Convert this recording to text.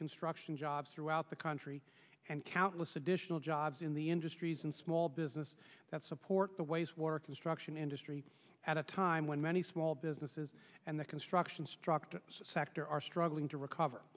construction jobs throughout the country and countless additional jobs in the industries and small business that support the ways work construction industry at a time when many small businesses and the construction struck sector are struggling to recover